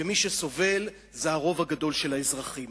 ומי שסובל זה הרוב הגדול של האזרחים.